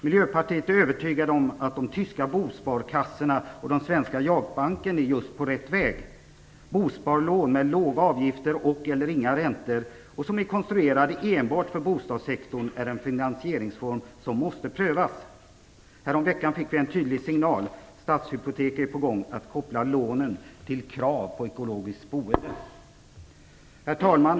Miljöpartiet är övertygat om att de tyska bosparkassorna och den svenska JAK-banken är på rätt väg. Bosparlån med låga avgifter och/eller inga räntor som är konstruerade enbart för bostadssektorn är en finansieringsform som måste prövas. Häromveckan fick vi en tydlig signal att Stadshypotek är på gång att koppla lånen till krav på ekologiskt boende. Herr talman!